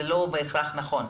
זה לא בהכרח נכון.